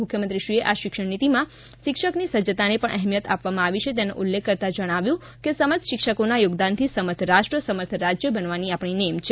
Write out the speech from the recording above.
મુખ્યમંત્રીશ્રીએ આ શિક્ષણ નીતિમાં શિક્ષકની સજ્જતાને પણ અહેમિયત આપવામાં આવી છે તેનો ઉલ્લેખ કરતાં જણાવ્યું કે સમર્થ શિક્ષકોના યોગદાનથી સમર્થ રાષ્ટ્ર સમર્થ રાજ્ય બનાવવાની આપણી નેમ છે